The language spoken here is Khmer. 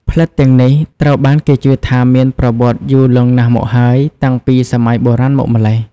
ផ្លិតទាំងនេះត្រូវបានគេជឿថាមានប្រវត្តិយូរលង់ណាស់មកហើយ តាំងពីសម័យបុរាណមកម្ល៉េះ។